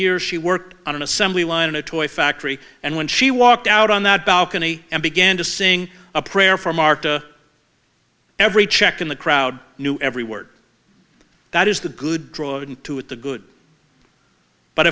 years she worked on an assembly line in a toy factory and when she walked out on that balcony and began to sing a prayer for marta every check in the crowd knew every word that is the good to it the good but